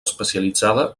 especialitzada